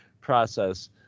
process